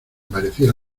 parecía